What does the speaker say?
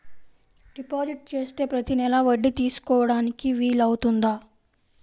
Deposit చేస్తే ప్రతి నెల వడ్డీ తీసుకోవడానికి వీలు అవుతుందా?